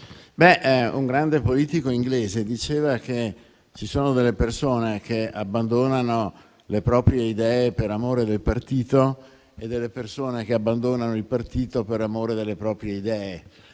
un grande politico inglese diceva che ci sono delle persone che abbandonano le proprie idee per amore del partito e delle persone che abbandonano il partito per amore delle proprie idee.